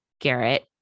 Garrett